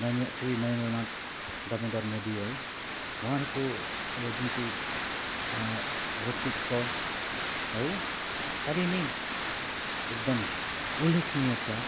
नरेन्द्र श्री नरेन्द्रनाथ दमोदर मोदी है उहाँहरूको अब जुन चाहिँ व्यक्तित्व है साह्रै नै एकदम उल्लेखनीय छ